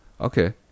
okay